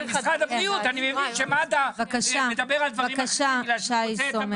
של משרד הבריאות כשמד"א מדבר על דברים אחרים -- בבקשה שי סומך.